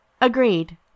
Agreed